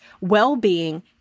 Well-being